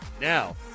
Now